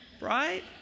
Right